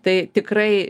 tai tikrai